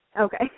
Okay